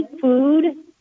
food